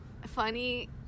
funny